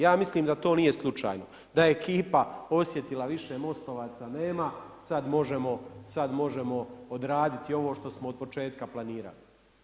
Ja mislim da to nije slučajno, da je ekipa osjetila više MOST-ovaca nema, sad možemo odraditi ovo što smo od početka planirali.